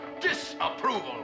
disapproval